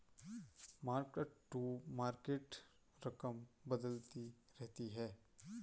mark to market रकम बदलती रहती है